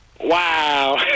Wow